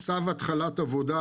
צו התחלת עבודה,